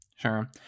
Sure